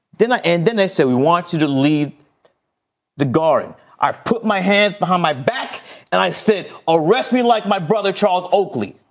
then and then they said, we want you to leave the gari i put my hands behind my back and i said, arrest me like my brother charles oakley